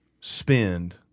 spend